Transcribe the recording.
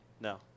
No